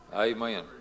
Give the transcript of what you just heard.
Amen